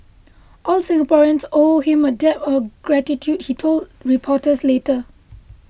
all Singaporeans owe him a debt of gratitude he told reporters later